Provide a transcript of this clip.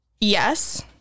yes